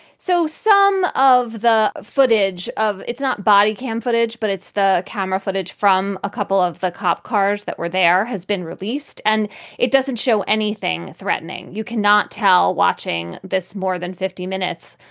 so some of the footage of it's not body cam footage, but it's the camera footage from a couple of the cop cars that were there has been released. and it doesn't show anything threatening. you can not tell watching this more than fifty minutes.